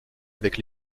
avec